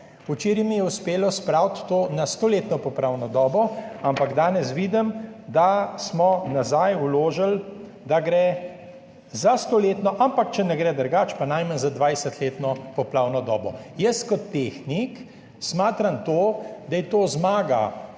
Včeraj mi je uspelo spraviti to na stoletno poplavno dobo, ampak danes vidim, da smo nazaj vložili, da gre za stoletno, ampak če ne gre drugače, pa najmanj za dvajset letno poplavno dobo. Jaz kot tehnik smatram to, da je to zmaga